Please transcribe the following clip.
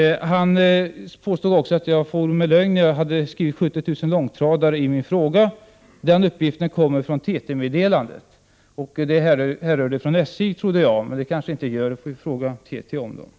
Han påstod också att jag for med lögn, när jag i min fråga uppgav mängden 70 000 långtradare. Den uppgiften kommer från ett TT-meddelande. Jag trodde att uppgiften härrörde från SJ, men så är kanske inte fallet. Den siffran kan ju kontrolleras hos TT.